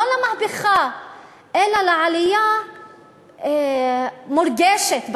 לא למהפכה אלא לעלייה מורגשת בשטח.